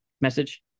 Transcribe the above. message